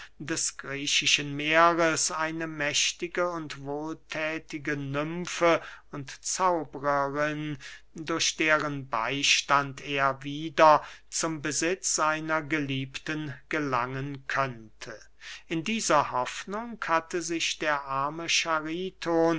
des griechischen meeres eine mächtige und wohlthätige nymfe und zauberin durch deren beystand er wieder zum besitz seiner geliebten gelangen könne in dieser hoffnung hatte sich der arme chariton